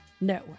No